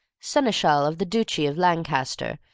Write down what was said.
seneschal of the duchy of lancaster,